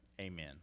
Amen